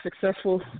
successful